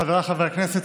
חבריי חברי הכנסת,